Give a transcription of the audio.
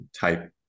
type